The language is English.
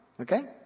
Okay